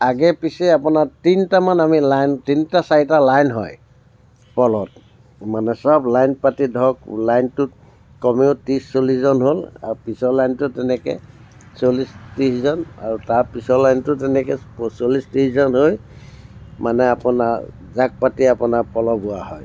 আগে পিছে আপোনাৰ তিনিটামান আমি লাইন তিনিটা চাৰিটা লাইন হয় প'ল'ত মানে চব লাইন পাতি ধৰক লাইনটোত কমেও ত্ৰিছ চল্লিছজন হ'ল আৰু পিছৰ লাইনটোত তেনেকৈ চল্লিছ ত্ৰিছজন আৰু তাৰ পিছৰ লাইনটোত তেনেকৈ চল্লিছ ত্ৰিছজন হৈ মানে আপোনাৰ জাক পাতি আপোনাৰ প'ল' বোৱা হয়